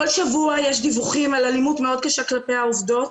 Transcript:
כל שבוע יש דיווחים על אלימות מאוד קשה כלפי העובדות